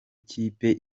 kipe